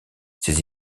ses